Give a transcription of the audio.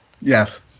Yes